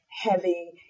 heavy